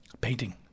Painting